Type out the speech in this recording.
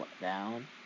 down